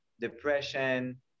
depression